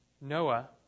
Noah